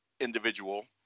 individual